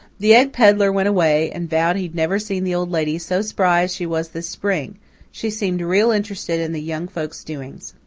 the egg pedlar went away and vowed he'd never seen the old lady so spry as she was this spring she seemed real interested in the young folk's doings.